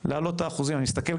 להעלות את האחוזים.